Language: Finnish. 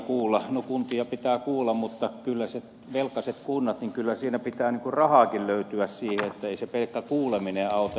no kuntia pitää kuulla mutta kyllä kun on velkaiset kunnat siinä pitää rahaakin löytyä ei se pelkkä kuuleminen auta